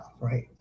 right